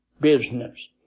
business